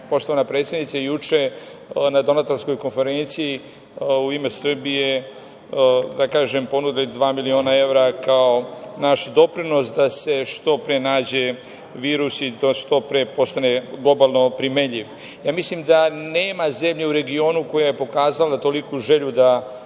poštovana predsednice, juče na donatorskoj konferenciji u ime Srbije ponudili dva miliona evra kao naš doprinos da se što pre nađe vakcina i da što pre postane globalno primenljiv. Mislim da nema zemlje u regionu koja je pokazala toliku želju da